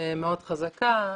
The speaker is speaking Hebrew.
מאוד חזקה.